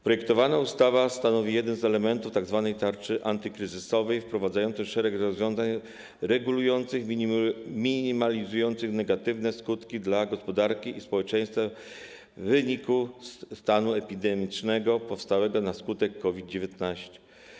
Projektowana ustawa stanowi jeden z elementów tzw. tarczy antykryzysowej wprowadzającej szereg rozwiązań regulacyjnych minimalizujących negatywne skutki dla gospodarki i społeczeństwa w wyniku stanu epidemicznego powstałego na skutek COVID-19.